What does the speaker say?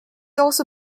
also